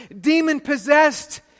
demon-possessed